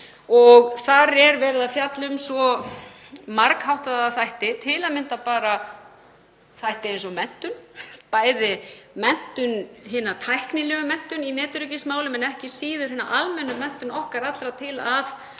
Þar er verið að fjalla um svo margháttaða þætti, til að mynda bara þætti eins og menntun, bæði hina tæknilegu menntun í netöryggismálum en ekki síður hina almennu menntun okkar allra til að